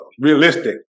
realistic